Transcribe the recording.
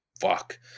fuck